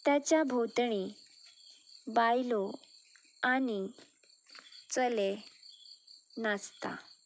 ताच्या भोंवतणी बायलो आनी चले नाचता